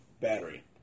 battery